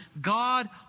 God